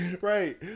right